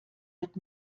wird